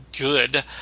good